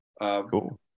cool